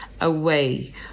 away